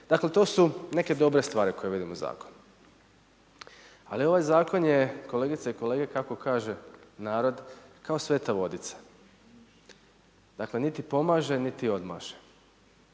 Dakle, to su neke dobre stvari koje vidim u zakonu. Ali ovaj zakon je kolegice i kolege, kako kaže narod kao sveta vodica. Dakle, niti pomaže niti odmaže.